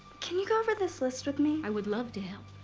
can you go over this list with me? i would love to